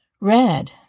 Red